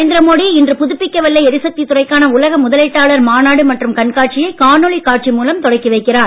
நரேந்திர மோடி இன்று புதுப்பிக்கவல்ல எரிசக்தி துறைக்கான உலக முதலீட்டாளர் மாநாடு மற்றும் கண்காட்சியை காணொளி காட்சி மூலம் தொடக்கி வைக்கிறார்